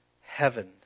heaven